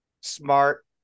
Smart